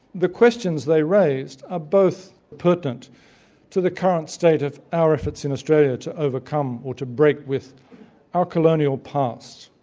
the questions they raised are ah both pertinent to the current state of our efforts in australia to overcome or to break with our colonial past.